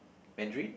Mandarin